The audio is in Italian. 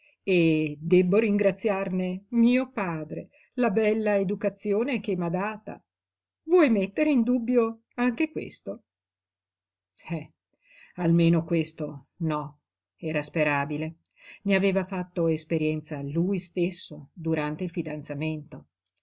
e debbo ringraziarne mio padre la bella educazione che m'ha data vuoi mettere in dubbio anche questo eh almeno questo no era sperabile ne aveva fatto esperienza lui stesso durante il fidanzamento